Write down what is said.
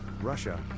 Russia